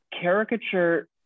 caricature